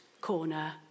corner